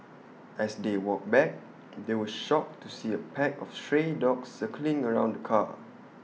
as they walked back they were shocked to see A pack of stray dogs circling around the car